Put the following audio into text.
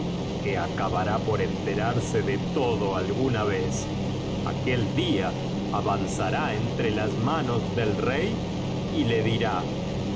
que acabará por enterarse de todo alguna vez aquel día avanzará entre las manos del rey y le dirá